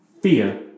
fear